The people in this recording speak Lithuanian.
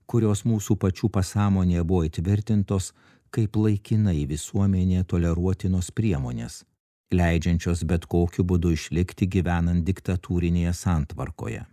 kurios mūsų pačių pasąmonėje buvo įtvirtintos kaip laikinai visuomenėje toleruotinos priemonės leidžiančios bet kokiu būdu išlikti gyvenant diktatūrinėje santvarkoje